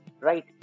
right